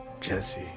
Jesse